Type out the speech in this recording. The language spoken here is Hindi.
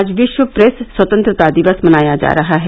आज विश्व प्रेस स्वतंत्रता दिवस मनाया जा रहा है